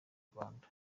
rwanda